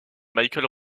michael